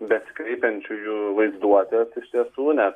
besikreipiančiųjų vaizduotės iš tiesų nes